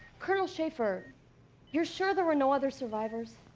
colonel schaffer you're sure there were no other survivors?